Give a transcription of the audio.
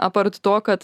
apart to kad